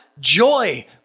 joy